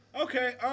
Okay